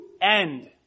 end